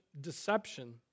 deception